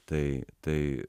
tai tai